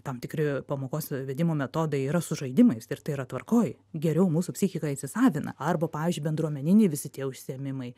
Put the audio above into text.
tam tikri pamokos vedimo metodai yra su žaidimais ir tai yra tvarkoj geriau mūsų psichika įsisavina arba pavyzdžiui bendruomeniniai visi tie užsiėmimai